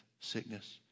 sickness